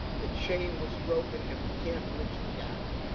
the chain was broken, and we can't bridge the gap.